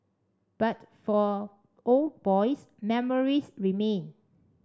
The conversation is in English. but for old boys memories remain